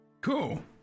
cool